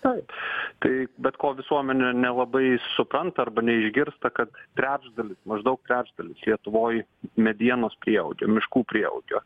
taip tai bet ko visuomenė nelabai supranta arba neišgirsta kad trečdalis maždaug trečdalis lietuvoj medienos prieaugio miškų prieaugio